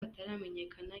hataramenyekana